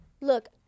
look